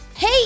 Hey